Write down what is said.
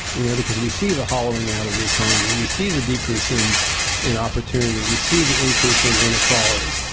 you know? because we see the hollowing out of the economy, we see the decrease in in opportunity. we see the increase in inequality.